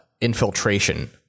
Infiltration